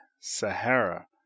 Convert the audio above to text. Sahara